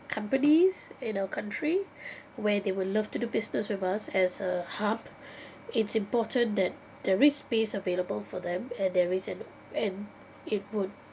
companies in our country where they will love to do business with us as a hub it's important that there is space available for them at their reason and it would